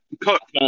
Cook